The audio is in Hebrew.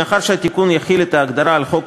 מאחר שהתיקון יחיל את ההגדרה על חוק